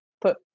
put